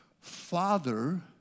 Father